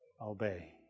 obey